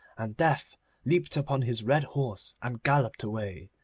and death leaped upon his red horse and galloped away,